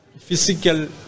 physical